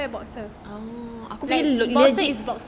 boxer is boxer